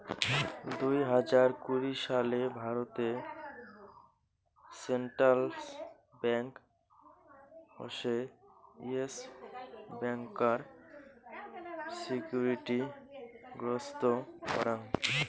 দুই হাজার কুড়ি সালে ভারতে সেন্ট্রাল ব্যাঙ্ক হসে ইয়েস ব্যাংকার সিকিউরিটি গ্রস্ত করাং